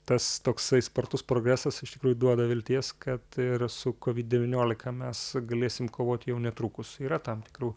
tas toksai spartus progresas iš tikrųjų duoda vilties kad ir su covid devyniolika mes galėsim kovot jau netrukus yra tam tikrų